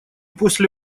после